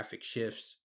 shifts